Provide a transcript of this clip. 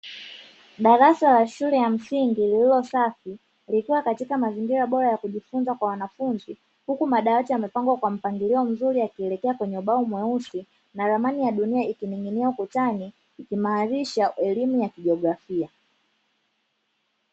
Darasa la shule ya msingi lililo safi likiwa katika mazingira bora ya kujifunza kwa wanafunzi huku madawati yamepangwa kwa mpangilio mzuri yakielekea kwenye kwenye ubao mweusi na ramani ya dunia ikining'inia ukutani ikimaanisha elimu ya kijografia.